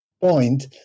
point